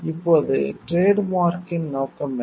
இப்போது டிரேட் மார்க்யின் நோக்கம் என்ன